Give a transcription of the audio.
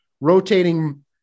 rotating